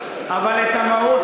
זה סייבר עריקאת.